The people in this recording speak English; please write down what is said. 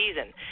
season